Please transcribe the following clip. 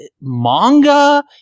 manga